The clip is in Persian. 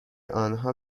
آنها